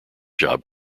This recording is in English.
job